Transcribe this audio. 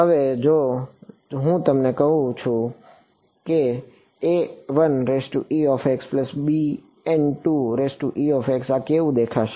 હવે જો હું તમને કહું કે જો હું લઉં તો આ કેવું દેખાશે